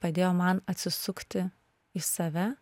padėjo man atsisukti į save